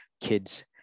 kids